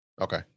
Okay